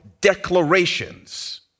declarations